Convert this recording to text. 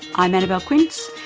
i'm anabelle quince,